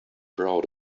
proud